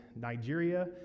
Nigeria